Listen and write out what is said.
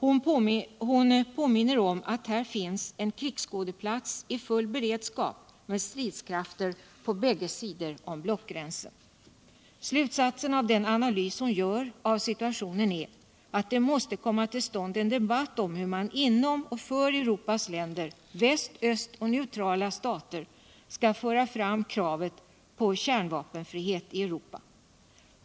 Hon påminner om att här finns en krigsskådeplats i full beredskap med stridskrafter på bägge sidor om blockgränsen. Slutsatsen av den analys hon gör av situationen är att det måste komma till stånd en debatt om hur man inom och för Europas länder — väst, öst och neutrala stater - skall föra fram kravet på kärnvapenfrihet i Europa.